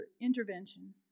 intervention